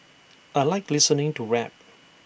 I Like listening to rap